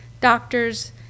Doctors